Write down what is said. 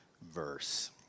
verse